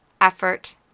effort